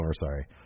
sorry